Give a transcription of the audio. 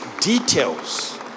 details